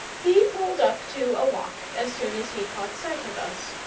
he pulled up to a walk as soon as he caught sight of us,